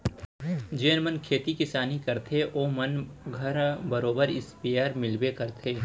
जेन मन खेती किसानी करथे ओ मन घर बरोबर इस्पेयर मिलबे करथे